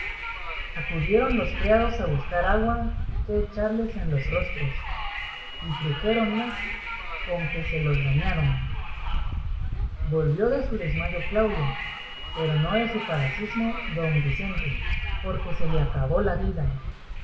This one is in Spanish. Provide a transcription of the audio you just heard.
acudieron los criados a buscar agua que echarles en los rostros y trujéronla con que se los bañaron volvió de su desmayo claudia pero no de su parasismo don vicente porque se le acabó la vida